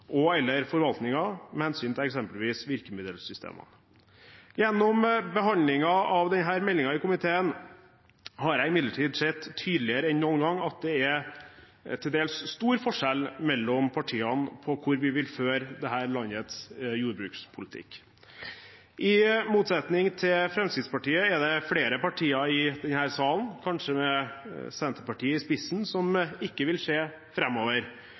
oversikt eller mindre arbeid for bonden og/eller forvaltningen med hensyn til eksempelvis virkemiddelsystemer. Gjennom behandlingen av denne meldingen i komiteen har jeg imidlertid sett tydeligere enn noen gang at det er til dels stor forskjell mellom partiene på hvor vi vil føre dette landets jordbrukspolitikk. I motsetning til Fremskrittspartiet er det flere partier i denne salen – kanskje med Senterpartiet i spissen – som ikke vil